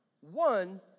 one